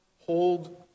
hold